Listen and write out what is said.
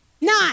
Nine